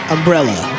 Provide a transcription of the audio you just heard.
Umbrella